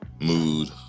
mood